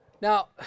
Now